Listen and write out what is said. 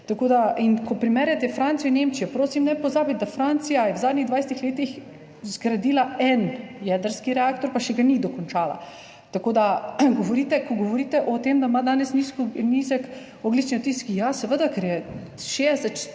Ko primerjate Francijo in Nemčijo, prosim, ne pozabiti, da je Francija v zadnjih 20 letih zgradila en jedrski reaktor, pa še ga ni dokončala. Tako da, ko govorite o tem, da ima danes nizek ogljični odtis, ja, seveda, ker je 40,